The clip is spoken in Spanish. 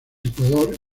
ecuador